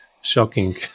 shocking